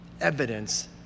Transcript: evidence